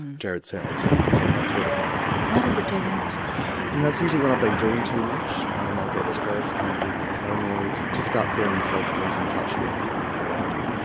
gerard's certainly seen seen that sort of thing happen. how does it do that? you know it's usually when i've been doing too much um i'll get stressed, maybe a little bit paranoid, just start feeling myself losing touch a little bit with reality.